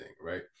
right